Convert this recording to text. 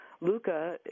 luca